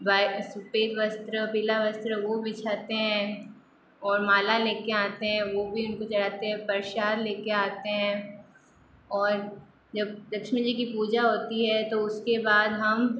सफ़ेद वस्त्र पीला वस्त्र वो बिछाते हैं और माला लेके आते हैं वो भी उनको चढ़ाते हैं प्रसाद लेके आते हैं और जब लक्ष्मी जी की पूजा होती है तो उसके बाद हम